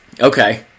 okay